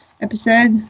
episode